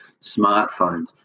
smartphones